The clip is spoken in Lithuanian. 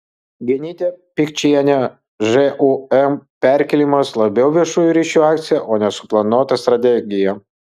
genytė pikčienė žūm perkėlimas labiau viešųjų ryšių akcija o ne suplanuota strategija